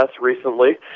recently